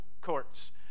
courts